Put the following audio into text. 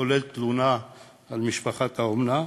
כולל תלונה על משפחת האומנה,